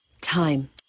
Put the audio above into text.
Time